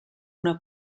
una